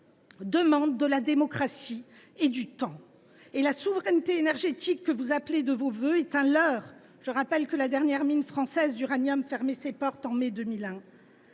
demandent de la démocratie et du temps. La souveraineté énergétique que vous appelez de vos vœux est un leurre ! Je le rappelle, la dernière mine française d’uranium a fermé ses portes en mai 2001.